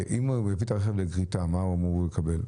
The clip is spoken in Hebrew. אם הוא יביא את הרכב לגריטה, מה הוא אמור לקבל?